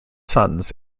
sons